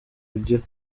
ugira